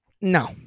No